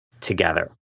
together